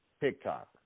TikTok